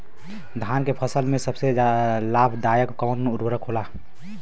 धान के फसल में सबसे लाभ दायक कवन उर्वरक होला?